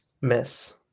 Miss